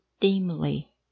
dimly